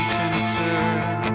concern